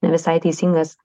ne visai teisingas